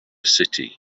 city